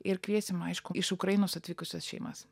ir kviesim aišku iš ukrainos atvykusias šeimas